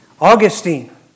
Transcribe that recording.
Augustine